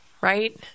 right